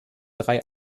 drei